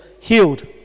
healed